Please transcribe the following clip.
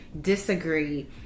disagree